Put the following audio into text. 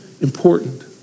important